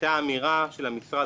הייתה אמירה של המשרד,